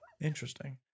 Interesting